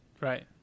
Right